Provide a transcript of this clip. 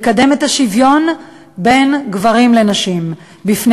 לקדם את השוויון בין גברים לנשים בפני